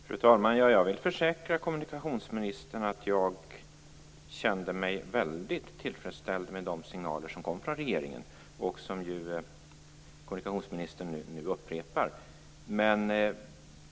Fru talman! Jag vill försäkra kommunikationsministern om att jag kände mig väldigt tillfredsställd med de signaler som kom från regeringen och som kommunikationsministern nu upprepar.